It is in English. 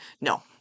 No